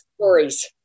stories